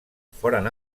foren